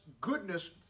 goodness